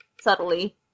subtly